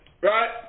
right